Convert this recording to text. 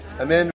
Amen